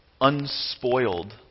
unspoiled